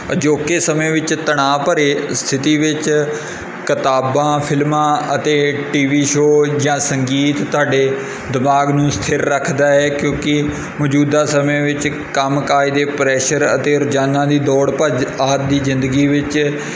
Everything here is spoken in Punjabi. ਅਜੋਕੇ ਸਮੇਂ ਵਿੱਚ ਤਣਾਅ ਭਰੇ ਸਥਿਤੀ ਵਿੱਚ ਕਿਤਾਬਾਂ ਫਿਲਮਾਂ ਅਤੇ ਟੀਵੀ ਸ਼ੋਅ ਜਾਂ ਸੰਗੀਤ ਤੁਹਾਡੇ ਦਿਮਾਗ ਨੂੰ ਸਥਿਰ ਰੱਖਦਾ ਹੈ ਕਿਉਂਕਿ ਮੌਜੂਦਾ ਸਮੇਂ ਵਿੱਚ ਕੰਮ ਕਾਜ ਦੇ ਪ੍ਰੈਸ਼ਰ ਅਤੇ ਰੋਜ਼ਾਨਾ ਦੀ ਦੌੜ ਭੱਜ ਆਦਿ ਦੀ ਜ਼ਿੰਦਗੀ ਵਿੱਚ